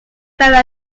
failed